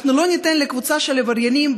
אנחנו לא ניתן לקבוצה של עבריינים,